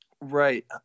Right